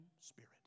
spirit